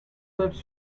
lips